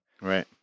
Right